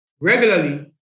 regularly